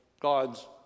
God's